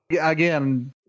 again